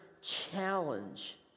challenge